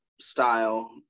style